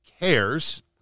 cares